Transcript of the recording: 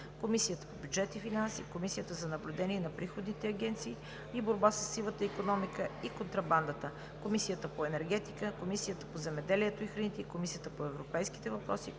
Комисията по бюджет и финанси, Комисията за наблюдение на приходните агенции и борба със сивата икономика и контрабандата, Комисията по енергетика, Комисията по земеделието и храните и Комисията по европейските въпроси